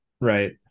Right